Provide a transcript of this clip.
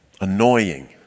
annoying